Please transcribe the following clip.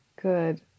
good